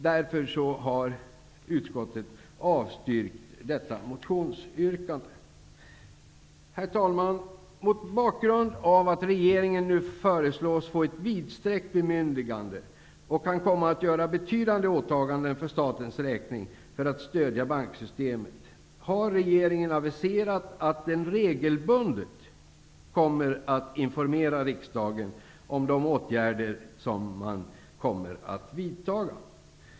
Därför har utskottet avstyrkt detta motionsyrkande. Herr talman! Mot bakgrund av att regeringen nu föreslås få ett vidsträckt bemyndigande och kan komma att göra betydande åtaganden för statens räkning för att stödja banksystemet, har regeringen aviserat att den regelbundet kommer att informera riksdagen om de åtgärder som man kommer att vidta.